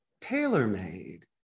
tailor-made